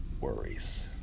worries